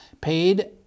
paid